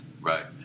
Right